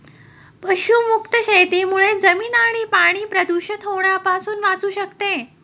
पशुमुक्त शेतीमुळे जमीन आणि पाणी प्रदूषित होण्यापासून वाचू शकते